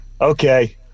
okay